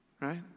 right